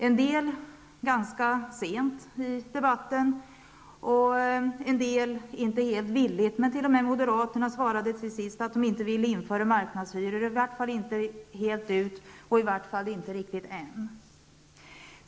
En del gjorde det ganska sent i debatten, och en del gjorde det inte helt villigt. Men t.o.m. moderaterna svarade till sist att de inte ville införa marknadshyror, i vart fall inte helt ut och inte riktigt än.